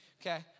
okay